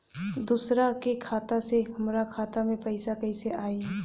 दूसरा के खाता से हमरा खाता में पैसा कैसे आई?